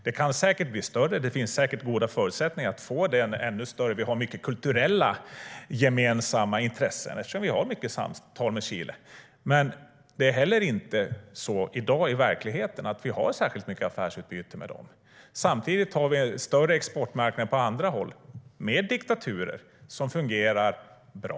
Det kan säkert bli större. Det finns säkert goda förutsättningar att få det ännu större. Vi har många kulturella gemensamma intressen eftersom vi har mycket samtal med Chile. Men det är heller inte så i dag i verkligheten att vi har särskilt mycket affärsutbyte med dem. Samtidigt har vi större exportmarknader på andra håll med diktaturer som fungerar bra.